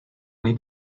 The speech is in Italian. nei